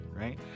right